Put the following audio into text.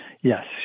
Yes